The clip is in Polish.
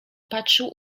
patrzył